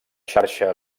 xarxa